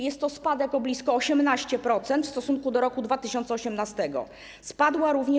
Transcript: Jest to spadek o blisko 18% w stosunku do roku 2018.